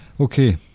Okay